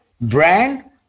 brand